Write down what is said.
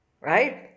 right